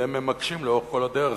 והם ממקשים לאורך כל הדרך.